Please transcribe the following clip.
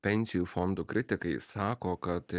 pensijų fondų kritikai sako kad